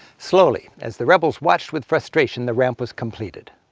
slowly, as the rebels watched with frustration, the ramp was completed.